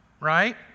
right